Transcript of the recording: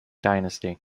dynasty